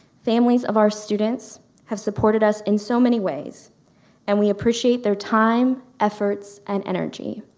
families of our students have supported us in so many ways and we appreciate their time, effort, and energy.